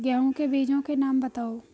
गेहूँ के बीजों के नाम बताओ?